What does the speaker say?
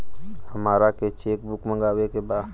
हमारा के cheque book मगावे के बा?